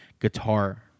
guitar